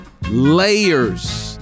Layers